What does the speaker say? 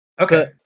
Okay